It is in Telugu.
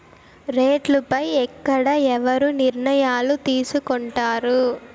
రేట్లు పై ఎక్కడ ఎవరు నిర్ణయాలు తీసుకొంటారు?